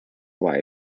wife